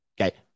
Okay